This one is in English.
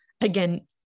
again